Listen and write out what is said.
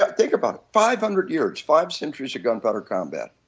think about five hundred years, five centuries of gunpowder combat,